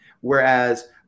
Whereas